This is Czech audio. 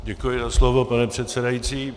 Děkuji za slovo, pane předsedající.